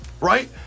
right